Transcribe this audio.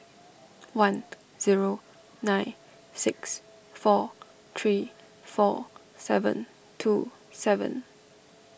one zero nine six four three four seven two seven